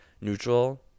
neutral